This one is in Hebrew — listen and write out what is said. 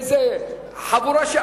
איזה חבורה,